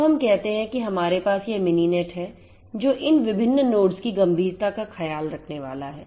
तो हम कहते हैं कि हमारे पास यह मिनीनेट है जो इन विभिन्न नोड्स की गंभीरताका ख्याल रखने वाला है